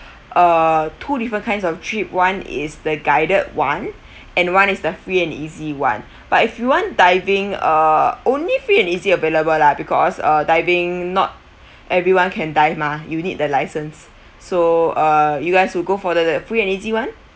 uh two different kinds of trip one is the guided one and one is the free and easy one but if you want diving uh only free and easy available lah because uh diving not everyone can dive mah you need the licence so uh you guys will go for the free and easy one